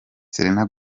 selena